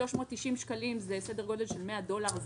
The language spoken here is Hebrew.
390 שקלים זה סדר גודל של 100 דולרים,